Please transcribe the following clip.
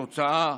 התוצאה: